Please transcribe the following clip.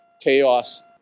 chaos